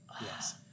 Yes